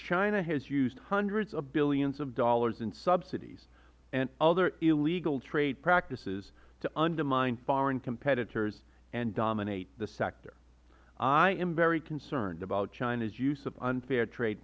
has used hundreds of billions of dollars in subsidies and other illegal trade practices to undermine foreign competitors and dominate the sector i am very concerned about china's use of unfair trade